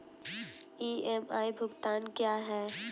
EMI भुगतान क्या है?